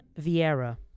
Vieira